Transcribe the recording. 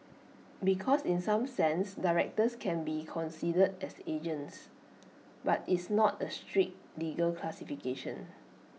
because in some sense directors can be considered as agents but it's not A strict legal classification